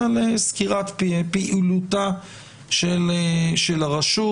אלא לסקירת פעילותה של הרשות.